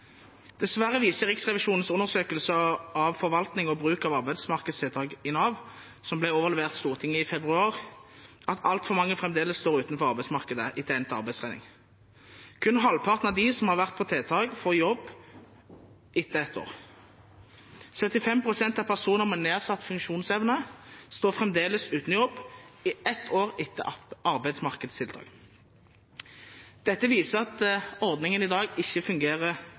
Dessverre viser Riksrevisjonens undersøkelse av forvaltning og bruk av arbeidsmarkedstiltak i Nav, som ble overlevert Stortinget i februar, at altfor mange fremdeles står utenfor arbeidsmarkedet etter endt arbeidstrening. Kun halvparten av dem som har vært på tiltak, får jobb etter ett år. 75 pst. av personer med nedsatt funksjonsevne står fremdeles uten jobb ett år etter arbeidsmarkedstiltak. Dette viser at ordningen i dag ikke fungerer